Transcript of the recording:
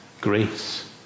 grace